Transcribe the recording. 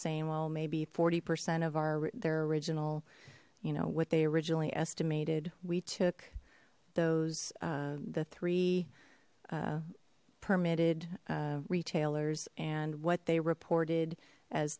saying well maybe forty percent of our their original you know what they originally estimated we took those the three permitted retailers and what they reported as